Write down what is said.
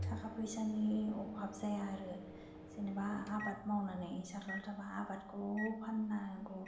थाखा फैसानि अभाब जाया आरो जेनेबा आबाद मावनानै जाग्राखाब्ला आबादखौ फाननांगौ